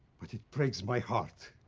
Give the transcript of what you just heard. but it breaks my heart.